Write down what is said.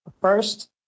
First